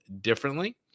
differently